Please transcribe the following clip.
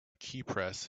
keypress